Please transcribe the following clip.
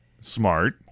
Smart